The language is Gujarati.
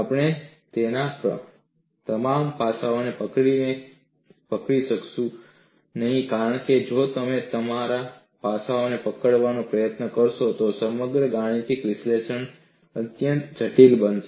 આપણે તેના તમામ પાસાઓને પકડી શકીશું નહીં કારણ કે જો તમે તમામ પાસાઓને પકડવાનો પ્રયત્ન કરશો તો સમગ્ર ગાણિતિક વિશ્લેષણ અત્યંત જટિલ બની જશે